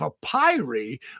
papyri